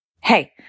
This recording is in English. Hey